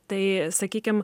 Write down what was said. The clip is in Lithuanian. tai sakykim